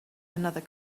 another